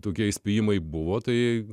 tokie įspėjimai buvo tai